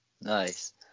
Nice